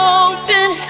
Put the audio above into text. open